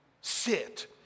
sit